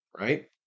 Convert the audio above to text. right